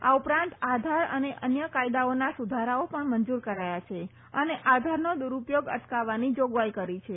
આ ઉપરાંત આધાર અને અન્ય કાયદાઓના સુધારાઓ પણ મંજૂર કરાયા છે અને આધારનો દૂરુપયોગ અટકાવવાની જોગવાઈ કરી છે